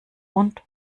und